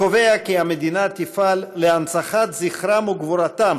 הקובע כי המדינה תפעל "להנצחת זכרם וגבורתם